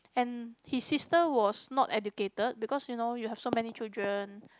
and his sister was not educated because you know you have so many children